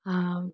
आओर